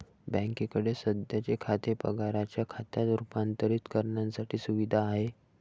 बँकेकडे सध्याचे खाते पगाराच्या खात्यात रूपांतरित करण्याची सुविधा आहे